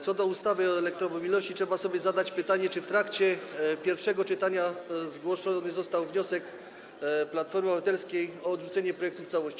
Co do ustawy o elektromobilności to trzeba sobie zadać pytanie, czy w trakcie pierwszego czytania zgłoszony został wniosek Platformy Obywatelskiej o odrzucenie go w całości.